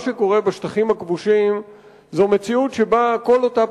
מה שקורה בשטחים הכבושים זו מציאות שבה כל אותה